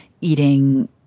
eating